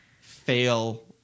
fail